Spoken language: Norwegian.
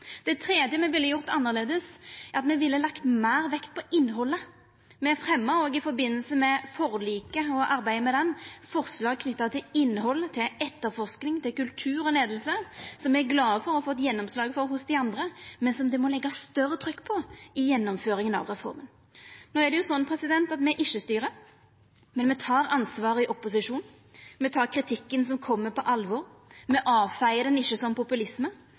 Det tredje me ville gjort annleis, er at me ville lagt meir vekt på innhaldet. Me fremja òg i samband med forliket og arbeidet med det forslag knytt til innhald, etterforsking, kultur og leiing som me er glade for å ha fått gjennomslag for hos dei andre, men som det må leggjast større trykk på i gjennomføringa av reforma. No er det sånn at me ikkje styrer, men me tek ansvar i opposisjon. Me tek kritikken som kjem, på alvor. Me avfeiar han ikkje som populisme.